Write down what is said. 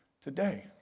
today